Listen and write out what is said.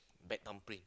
bad thumbprint